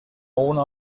una